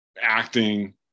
acting